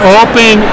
open